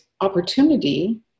opportunity